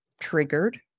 triggered